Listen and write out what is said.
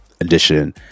edition